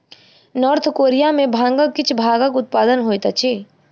north Korea में भांगक किछ भागक उत्पादन होइत अछि